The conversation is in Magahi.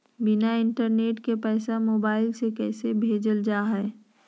बिना इंटरनेट के पैसा मोबाइल से कैसे भेजल जा है?